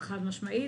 חד-משמעית.